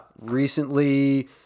recently